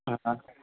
હા હા